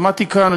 שמעתי כאן,